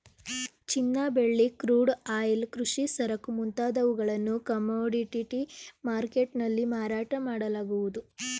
ಚಿನ್ನ, ಬೆಳ್ಳಿ, crude oil, ಕೃಷಿ ಸರಕು ಮುಂತಾದವುಗಳನ್ನು ಕಮೋಡಿಟಿ ಮರ್ಕೆಟ್ ನಲ್ಲಿ ಮಾರಾಟ ಮಾಡಲಾಗುವುದು